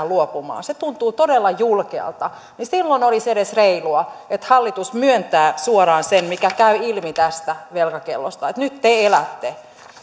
luopumaan todella julkealta ja silloin olisi edes reilua että hallitus myöntäisi suoraan sen mikä käy ilmi tästä velkakellosta että nyt te elätte